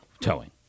towing